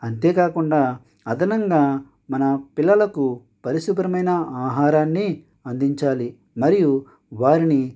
అంతేకాకుండా అదనంగా మన పిల్లలకు పరిశుభ్రమైన ఆహారాన్ని అందించాలి మరియు వారిని